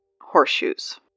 Horseshoes